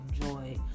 enjoy